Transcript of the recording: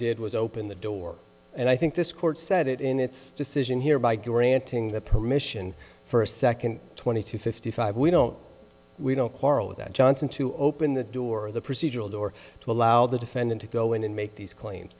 did was open the door and i think this court said it in its decision here by granting the permission for a second twenty two fifty five we don't we don't quarrel with that johnson to open the door of the procedural door to allow the defendant to go in and make these claims